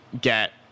get